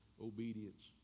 obedience